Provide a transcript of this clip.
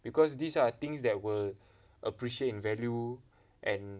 because these are things that will appreciate in value and